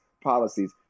policies